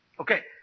Okay